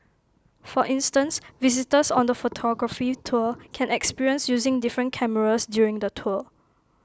for instance visitors on the photography tour can experience using different cameras during the tour